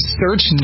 search